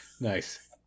Nice